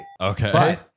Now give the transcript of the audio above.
Okay